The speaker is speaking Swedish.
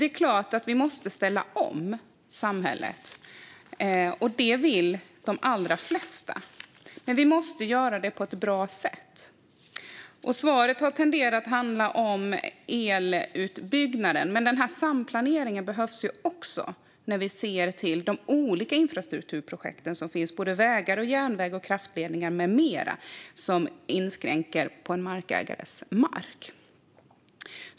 Det är klart att vi måste ställa om samhället, och de allra flesta vill det, men vi måste göra det på ett bra sätt. Svaret har tenderat att handla om elutbyggnaden. Men den här samplaneringen behövs ju också i olika infrastrukturprojekt, både vägar och järnvägar och kraftledningar med mera, som inskränker på en markägares mark.